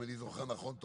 אם אני זוכר נכון,